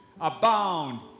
abound